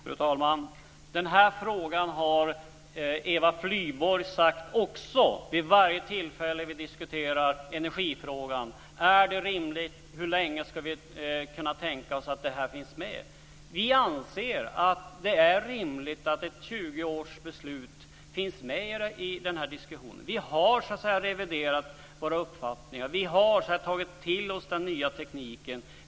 Fru talman! Den här frågan har Eva Flyborg ställt vid varje tillfälle vi diskuterat energifrågan. Är det rimligt, och hur länge kan vi tänka oss att det finns med? Vi anser att det är rimligt att ett 20 år gammalt beslut finns med i den här diskussionen. Vi har reviderat våra uppfattningar. Vi har tagit till oss den nya tekniken.